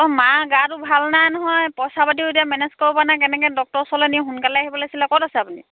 এ মা গাটো ভাল নাই নহয় পইচা পাতিও এতিয়া মেনেজ কৰিব পৰা নাই কেনেকৈ ডক্টৰ ওচৰলৈ নিও সোনকালে আহিব লাগিছিলে ক'ত আছে আপুনি